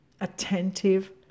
attentive